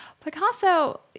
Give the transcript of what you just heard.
Picasso